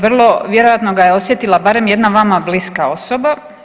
Vrlo vjerojatno ga je osjetila barem jedna vama bliska osoba.